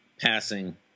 passing